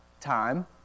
time